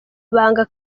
ibanga